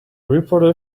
reporter